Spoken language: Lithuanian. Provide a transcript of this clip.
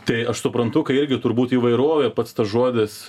tai aš suprantu irgi turbūt įvairovė pats tas žodis